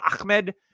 Ahmed